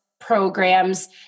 programs